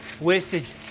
Wastage